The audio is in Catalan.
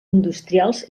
industrials